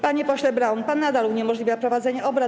Panie pośle Braun, pan nadal uniemożliwia prowadzenie obrad.